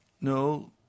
No